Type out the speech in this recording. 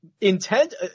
intent –